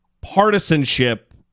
partisanship